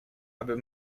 aby